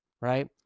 right